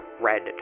red